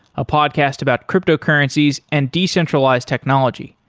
a podcast about cryptocurrencies and decentralized technology.